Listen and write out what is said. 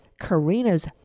Karina's